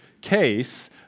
case